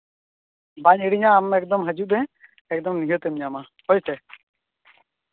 ᱵᱟᱹᱧ ᱦᱤᱲᱤᱧᱟ ᱦᱤᱡᱩᱜᱼᱢᱮ ᱱᱤᱦᱟᱹᱛ ᱮᱢ ᱧᱟᱢᱟ ᱦᱳᱭ ᱥᱮ